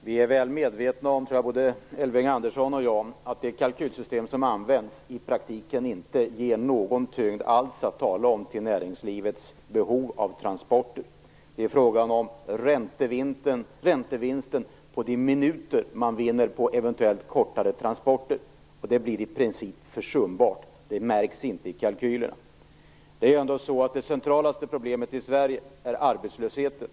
Herr talman! Jag tror att både Elving Andersson och jag är väl medvetna om att det kalkylsystem som används i praktiken inte ger någon tyngd att tala om till näringslivets behov av transporter. Det är frågan om räntevinsten på de minuter man vinner på eventuellt kortare transporter. Det blir i princip försumbart. Det märks inte i kalkylerna. Det centralaste problemet i Sverige är arbetslösheten.